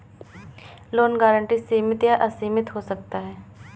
loan guarantee सीमित या असीमित हो सकता है